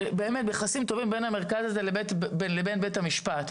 יש יחסים טובים בין המרכז הזה לבין בית המשפט,